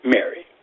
Mary